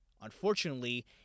Unfortunately